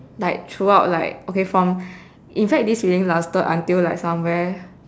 like throughout like okay from in fact this feeling lasted until like somewhere